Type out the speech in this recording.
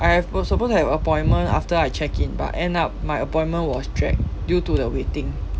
I ha~ was supposed to have a appointment after I check in but end up my appointment was dragged due to the waiting